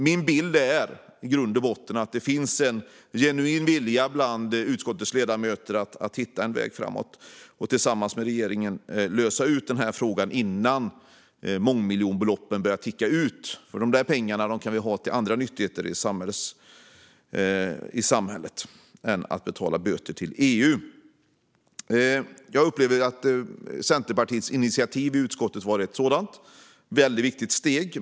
Min bild är att det i grund och botten finns en genuin vilja bland utskottets ledamöter att hitta en väg framåt och tillsammans med regeringen lösa den här frågan innan mångmiljonbeloppen börjar ticka ut. De pengarna kan vi ha till andra nyttigheter i samhället än att betala böter till EU. Jag upplever att Centerpartiets initiativ i utskottet var ett väldigt viktigt steg.